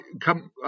come